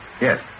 Yes